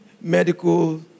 medical